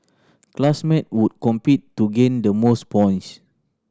classmates would compete to gain the most points